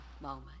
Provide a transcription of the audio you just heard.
moment